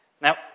Now